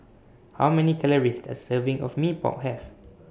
How Many Calories Does A Serving of Mee Pok Have